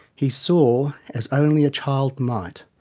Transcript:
he saw, as only a child might,